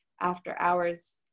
after-hours